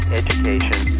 education